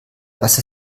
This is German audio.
dass